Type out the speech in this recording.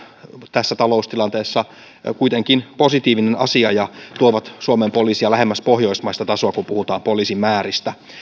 tässä taloustilanteessa kuitenkin positiivinen asia ja tuovat suomen poliisia lähemmäs pohjoismaista tasoa kun puhutaan poliisin määristä